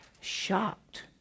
shocked